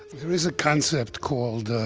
there is a concept called